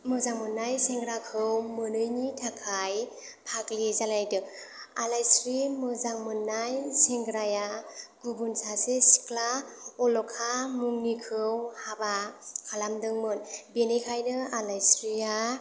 मोजां मोननाय सेंग्राखौ मोनैनि थाखाय फाग्लि जालायदों आलाइस्रि मोजां मोननाय सेंग्राया गुबुन सासे सिख्ला अलका मुंनिखौ हाबा खालामदोंमोन बेनिखायनो आलाइस्रिया